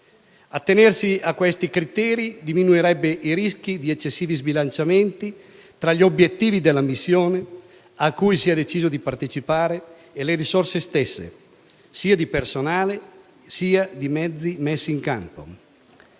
Attenersi a questi criteri diminuirebbe i rischi di eccessivi sbilanciamenti tra gli obiettivi della missione a cui si è deciso di partecipare e le risorse stesse, sia di personale, sia di mezzi messi in campo.